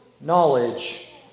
knowledge